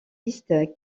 liste